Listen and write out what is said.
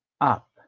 up